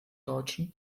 deutschen